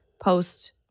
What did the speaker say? post